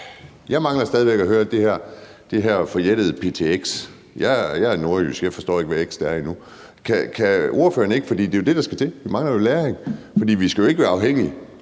Jeg mangler stadig væk at høre om det forjættede ptx. Jeg er nordjysk, jeg forstår ikke, hvad x er endnu. Kan ordføreren ikke forklare det? Det er jo det, der skal til. Vi mangler jo lagring. For vi skal jo ikke være afhængige